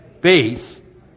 Faith